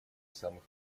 самых